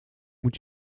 moet